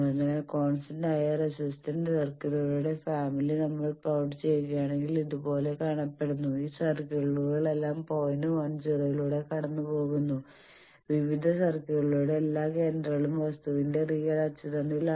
അതിനാൽ കോൺസ്റ്റന്റായ റെസിസ്റ്റന്റ് സർക്കിളുകളുടെ ഫാമിലി നമ്മൾ പ്ലോട്ട് ചെയ്യുകയാണെങ്കിൽ ഇതുപോലെ കാണപ്പെടുന്നു ഈ സർക്കിളുകളെല്ലാം പോയിന്റ് 1 0 ലൂടെ കടന്നുപോകുന്നു വിവിധ സർക്കിളുകളുടെ എല്ലാ കേന്ദ്രങ്ങളും വസ്തുവിന്റെ റിയൽ അച്ചുതണ്ടിലാണ്